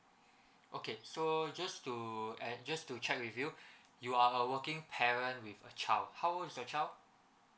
okay so just to and just to check with you are a working parent with a child how old is your child